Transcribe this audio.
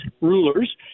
rulers